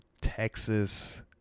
Texas